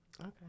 Okay